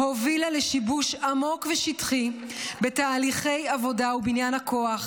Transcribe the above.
"הובילה לשיבוש עמוק ושיטתי בתהליכי עבודה ובניין הכוח